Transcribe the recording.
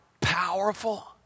powerful